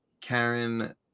Karen